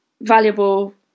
valuable